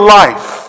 life